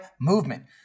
Movement